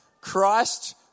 Christ